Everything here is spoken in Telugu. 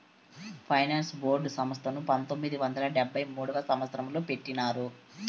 ఫైనాన్స్ బోర్డు సంస్థను పంతొమ్మిది వందల డెబ్భై మూడవ సంవచ్చరంలో పెట్టినారు